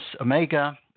Omega